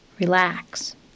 Relax